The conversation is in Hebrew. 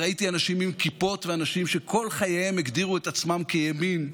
וראיתי אנשים עם כיפות ואנשים שכל חייהם הגדירו את עצמם כימין,